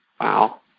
Wow